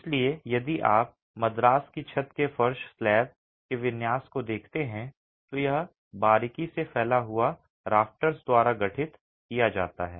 इसलिए यदि आप मद्रास की छत के फर्श स्लैब के विन्यास को देखते हैं तो यह बारीकी से फैला हुआ राफ्टर्स द्वारा गठित किया जाता है